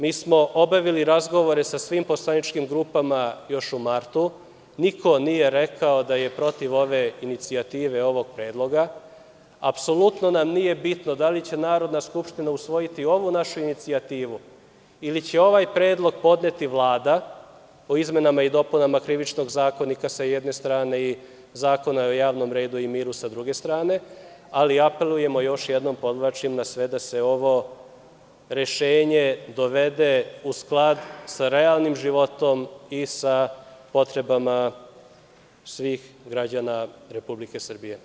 Mi smo obavili razgovore sa svim poslaničkim grupama još u martu, niko nije rekao da je protiv ove inicijative, ovog predloga apsolutno nam nije bitno da li će Narodna skupština usvojiti ovu našu inicijativu ili će ovaj predlog podneti Vlada, o izmenama i dopunama Krivičnog zakonika sa jedne strane i Zakona o javnom redu i miru sa druge strane, ali apelujemo još jednom, podvlačim na sve da se ovo rešenje dovede u sklad sa realnim životom i sa potrebama svih građana Republike Srbije.